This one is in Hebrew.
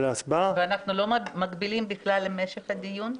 ואנחנו לא מגבילים בכלל את משך הדיון?